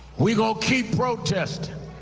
we're going to keep protesting.